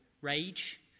Rage